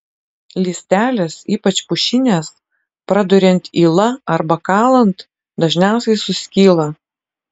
lystelės ypač pušinės praduriant yla arba kalant dažniausiai suskyla